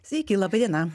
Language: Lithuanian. sveiki laba diena